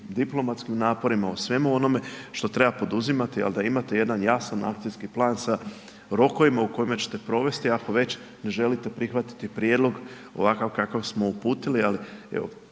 diplomatskim naporima, o svemu onome što treba poduzimati ali da imate jedan jasan akcijski plan sa rokovima u kojima će te provesti, ako već ne želite prihvatiti prijedlog ovakav kakav smo uputili, ali evo,